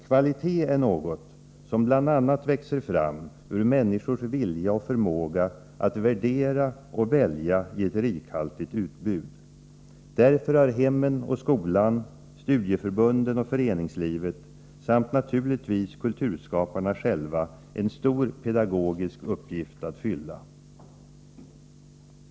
Kvalitet är någonting som bl.a. växer fram ur människors vilja och förmåga att värdera och välja i ett rikhaltigt utbud. Därför har hemmen och skolan, studieförbunden och föreningslivet samt naturligtvis kulturskaparna själva en stor pedagogisk uppgift att fylla.